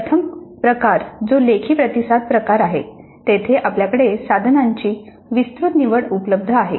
प्रथम प्रकार जो लेखी प्रतिसाद प्रकार आहे तेथे आपल्याकडे साधनांची विस्तृत निवड उपलब्ध आहे